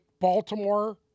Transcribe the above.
Baltimore